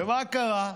ומה קרה?